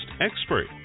expert